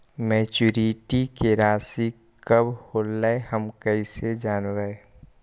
Maturity के रासि कब होलै हम कैसे जानबै?